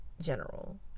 general